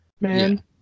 Man